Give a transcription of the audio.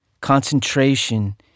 Concentration